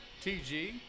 tg